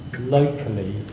locally